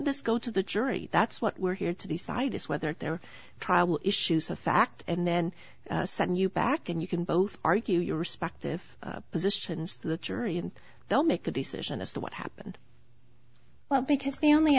this go to the jury that's what we're here to decide is whether their travel issues of fact and then send you back and you can both argue your respective positions to the jury and they'll make a decision as to what happened well because the only